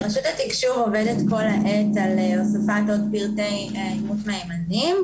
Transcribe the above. רשות התקשור עובדת כל העת על הוספת פרטי אימות מהימנים,